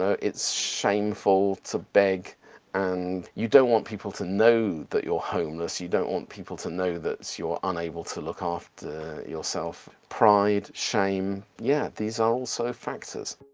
ah it's shameful to beg and you don't want people to know that you're homeless you don't want people to know that you're unable to look after yourself. pride, shame. yeah, these are also factors